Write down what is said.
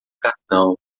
cartão